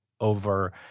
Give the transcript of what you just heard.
over